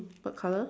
what color